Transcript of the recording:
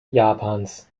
japans